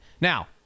Now